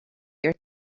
your